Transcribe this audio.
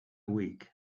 week